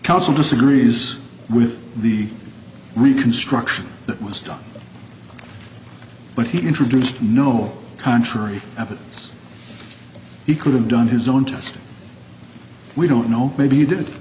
council disagrees with the reconstruction that was done but he introduced no contrary evidence he could have done his own test we don't know maybe he did